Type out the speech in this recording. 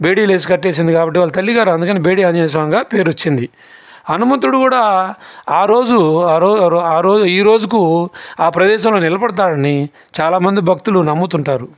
బేడిలేసి కట్టేసింది కాబట్టి తన తల్లిగారు అందుకని బేడి ఆంజనేయ స్వామిగా పేరు వచ్చింది హనుమంతుడు కూడా ఆ రోజు ఆ రోజు ఈ రోజుకు ఆ ప్రదేశంలో నిలబడతాడని చాలామంది భక్తులు నమ్ముతుంటారు